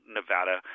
Nevada